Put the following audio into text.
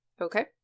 Okay